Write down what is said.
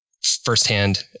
firsthand